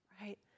right